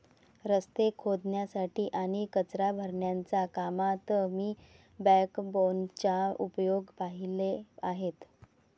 रस्ते खोदण्यासाठी आणि कचरा भरण्याच्या कामात मी बॅकबोनचा उपयोग पाहिले आहेत